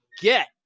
get